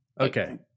Okay